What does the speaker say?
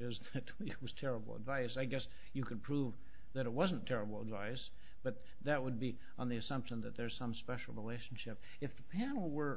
is that it was terrible advice i guess you could prove that it wasn't terrible gys but that would be on the assumption that there's some special relationship if the panel were